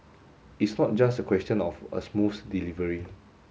it's not just a question of a smooth delivery